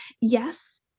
yes